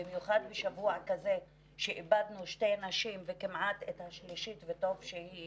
במיוחד בשבוע כזה שאיבדנו שתי נשים וכמעט את השלישית וטוב שהיא